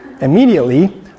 Immediately